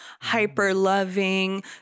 hyper-loving